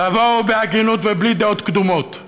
תבואו בהגינות ובלי דעות קדומות,